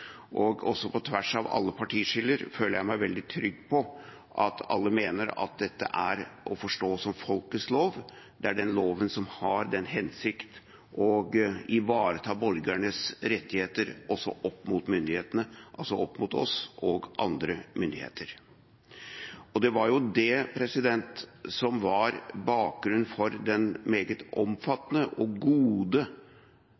Også på tvers av alle partiskiller føler jeg meg veldig trygg på at alle mener at dette er å forstå som folkets lov, det er den loven som har den hensikt å ivareta borgernes rettigheter opp mot myndighetene, altså opp mot oss, og andre myndigheter. Det var det som var bakgrunnen for den meget